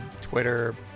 Twitter